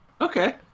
okay